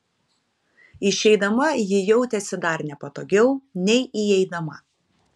išeidama ji jautėsi dar nepatogiau nei įeidama